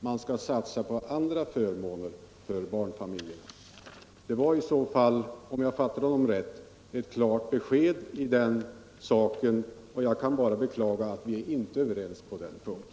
Man skall satsa på andra förmåner för barnfamiljerna. Det var, om jag har fattat det rätt, i så fall ett klart besked i den saken. Jag kan bara beklaga att vi inte är överens på den punkten.